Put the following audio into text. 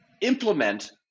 implement